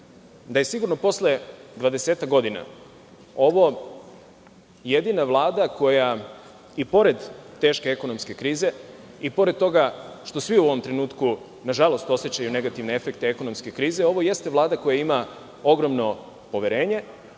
da je sigurno posle 20-ak godina ovo jedina Vlada koja, i pored teške ekonomske krize, i pored toga što svi u ovom trenutku, nažalost, osećaju negativne efekte ekonomske krize, ima ogromno poverenje,